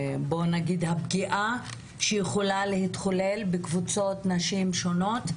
והפגיעה שעשויה להיות לגבי קבוצות נשים שונות,